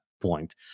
point